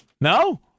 No